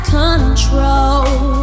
control